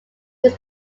his